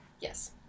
Yes